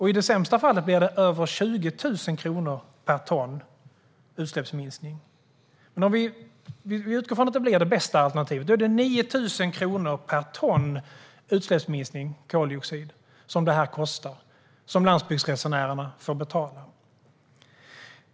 I det sämsta fallet blir det över 20 000 kronor per ton utsläppsminskning. Låt oss utgå från att det blir det bästa alternativet. Då blir kostnaden 9 000 kronor per ton utsläppsminskning av koldioxid som landsbygdsresenärerna får betala.